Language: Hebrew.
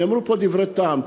נאמרו פה דברי טעם.